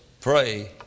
pray